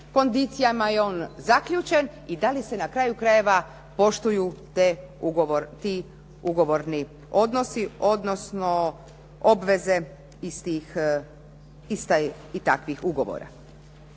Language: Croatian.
kondicijama je on zaključen i da li se na kraju krajeva poštuju ti ugovorni odnosi, odnosno obveze iz tih i takvih ugovora.